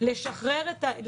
אז זה לשיקול דעת הוועדה.